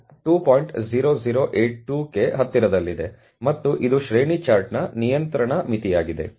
0082 ಕ್ಕೆ ಹತ್ತಿರದಲ್ಲಿದೆ ಮತ್ತು ಇದು ಶ್ರೇಣಿ ಚಾರ್ಟ್ನ ಮೇಲಿನ ನಿಯಂತ್ರಣ ಮಿತಿಯಾಗಿದೆ